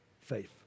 faith